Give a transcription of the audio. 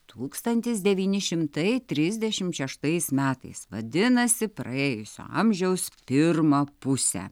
tūkstantis devyni šimtai trisdešimt šeštais metais vadinasi praėjusio amžiaus pirmą pusę